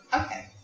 Okay